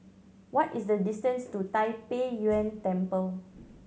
what is the distance to Tai Pei Yuen Temple